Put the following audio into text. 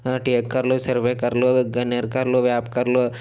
టెకు కర్రలు సర్వే కర్రలు గన్నేరు కర్రలు వేప కర్రలు